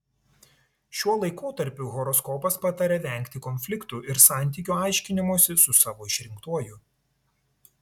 šiuo laikotarpiu horoskopas pataria vengti konfliktų ir santykių aiškinimosi su savo išrinktuoju